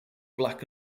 black